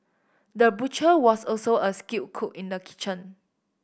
the butcher was also a skilled cook in the kitchen